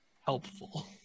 helpful